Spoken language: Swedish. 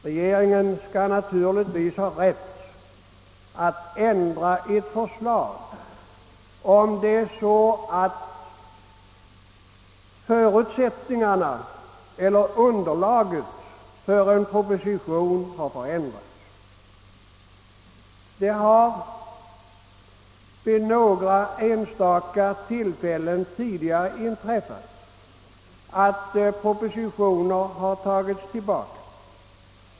Regeringen skall naturligtvis ha rätt att omarbeta ett förslag, om det är så att förutsättningarna eller underlaget har ändrats. Vid några enstaka tillfällen har det också inträffat att propositioner dragits tillbaka.